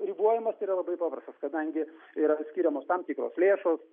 ribojimas yra labai paprastas kadangi yra skiriamos tam tikros lėšos